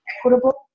equitable